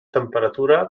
temperatura